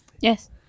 yes